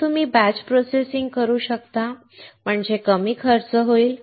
तर तुम्ही batch processing करू शकता म्हणजे खर्च कमी होईल